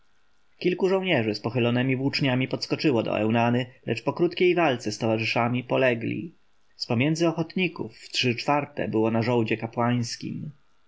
kilku żołnierzy z pochylonemi włóczniami podskoczyło do eunany lecz po krótkiej walce z towarzyszami polegli z pomiędzy ochotników trzy czwarte było na żołdzie